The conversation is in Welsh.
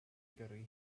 gyrru